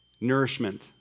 nourishment